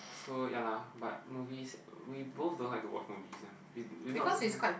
so ya lah but movies we both don't like to watch movies one we we not so